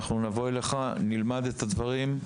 אנחנו נבוא אליך ונלמד את הדברים.